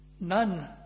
None